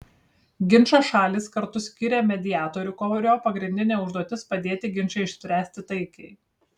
ginčo šalys kartu skiria mediatorių kurio pagrindinė užduotis padėti ginčą išspręsti taikiai